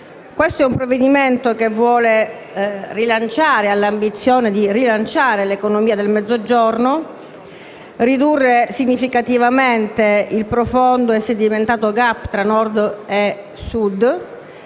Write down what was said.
Questo è un provvedimento che ha l'ambizione di rilanciare l'economia del Mezzogiorno e di ridurre significativamente il profondo e sedimentato *gap* tra Nord e Sud